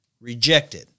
Rejected